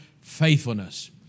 faithfulness